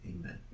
Amen